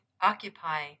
occupy